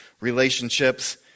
relationships